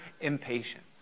impatience